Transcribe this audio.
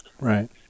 right